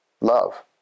love